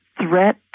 Threat